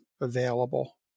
available